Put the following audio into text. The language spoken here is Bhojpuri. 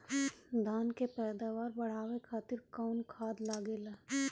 धान के पैदावार बढ़ावे खातिर कौन खाद लागेला?